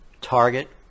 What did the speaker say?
target